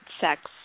sex